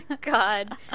god